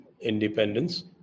independence